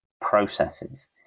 processes